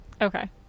Okay